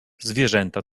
zwierzęta